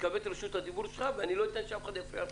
תקבל את רשות הדיבור שלך ולא אתן לאף אחד להפריע לך.